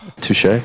Touche